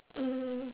mm